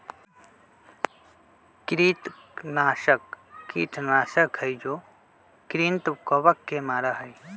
कृंतकनाशक कीटनाशक हई जो कृन्तकवन के मारा हई